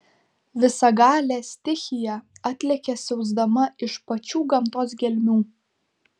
visagalė stichija atlekia siausdama iš pačių gamtos gelmių